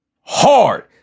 hard